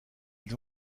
ils